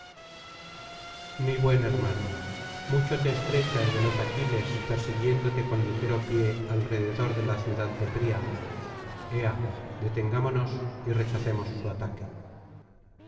mi buen hermano mucho te estrecha el veloz aquiles persiguiéndote con ligero pie alrededor de la ciudad de príamo ea detengámonos y rechacemos su ataque